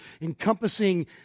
encompassing